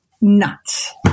nuts